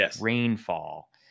rainfall